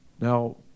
Now